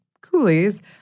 coolies